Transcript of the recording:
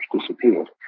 disappeared